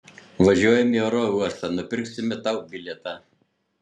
važiuojam į oro uostą nupirksime tau bilietą